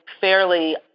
fairly